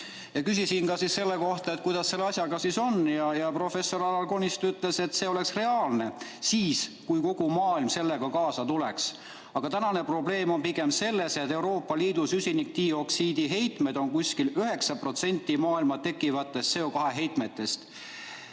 Küsisin selle kohta, et kuidas selle asjaga on, ja professor Alar Konist ütles, et see oleks reaalne siis, kui kogu maailm sellega kaasa tuleks, aga tänane probleem on pigem selles, et Euroopa Liidu süsinikdioksiidiheitmed on umbes 9% maailmas tekkivatest CO2heitmetest.